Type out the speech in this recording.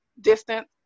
distance